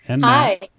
Hi